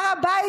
הר הבית,